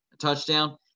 touchdown